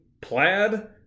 plaid